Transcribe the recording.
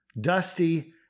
Dusty